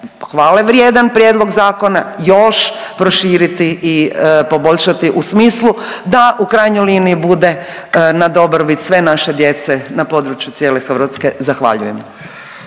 hvale vrijedan prijedlog zakona još proširiti i poboljšati u smislu da u krajnjoj liniji bude na dobrobit sve naše djece na području cijele Hrvatske. Zahvaljujem.